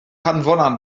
hanfon